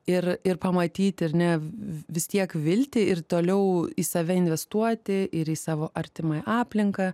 ir ir pamatyti ar ne vis tiek viltį ir toliau į save investuoti ir į savo artimą aplinką